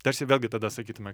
tarsi vėlgi tada sakytume